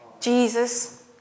Jesus